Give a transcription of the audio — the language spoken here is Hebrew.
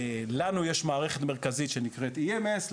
לנו יש מערכת מרכזית שנקראת EMS,